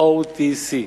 OTC,